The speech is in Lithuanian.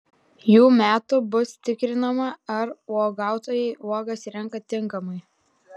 jų metų bus tikrinama ar uogautojai uogas renka tinkamai